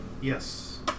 yes